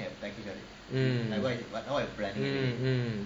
and thank you I'm like why you like bread